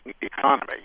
economy